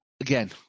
Again